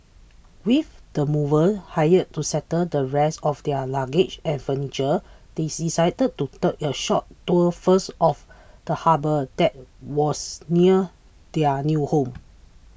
with the movers hired to settle the rest of their luggage and furniture they decided to take a short tour first of the harbour that was near their new home